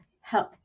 help